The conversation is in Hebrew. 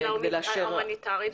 לוועדה ההומניטרית.